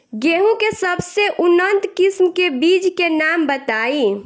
गेहूं के सबसे उन्नत किस्म के बिज के नाम बताई?